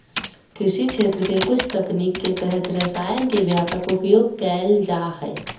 कृषि क्षेत्र के कुछ तकनीक के तहत रसायन के व्यापक उपयोग कैल जा हइ